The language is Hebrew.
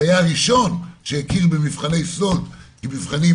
שהיה הראשון שהכיר במבחני סאלד כמבחנים